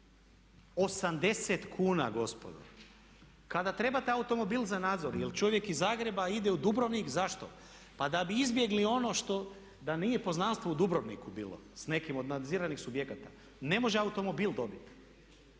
80 kuna gospodo. Kada trebate automobil za nadzor jer čovjek iz Zagreba ide u Dubrovnik, zašto? Pa da bi izbjegli ono što, da nije poznanstvo u Dubrovniku bilo s nekim od nadziranih subjekata ne može automobil dobit.